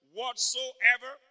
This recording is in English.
whatsoever